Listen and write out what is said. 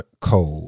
code